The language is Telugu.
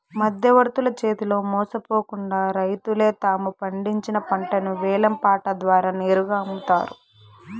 మధ్యవర్తుల చేతిలో మోసపోకుండా రైతులే తాము పండించిన పంటను వేలం పాట ద్వారా నేరుగా అమ్ముతారు